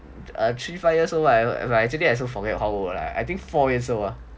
err three five years old actually I also forget how old I I think four years old